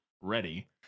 ready